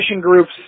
groups